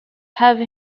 have